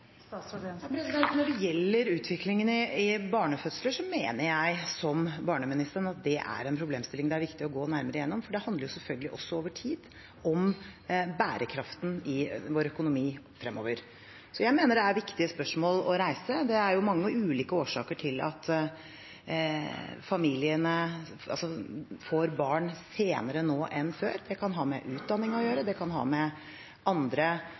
Når det gjelder utviklingen i barnefødsler, mener jeg, som barneministeren, at det er en problemstilling det er viktig å gå nærmere gjennom, for det handler selvfølgelig også over tid om bærekraften i vår økonomi fremover. Så jeg mener det er viktige spørsmål å reise. Det er mange og ulike årsaker til at familiene får barn senere nå enn før. Det kan ha med utdanning å gjøre, det kan ha med andre